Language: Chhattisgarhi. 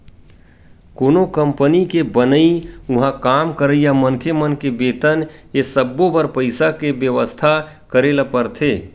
कोनो कंपनी के बनई, उहाँ काम करइया मनखे मन के बेतन ए सब्बो बर पइसा के बेवस्था करे ल परथे